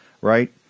right